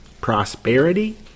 prosperity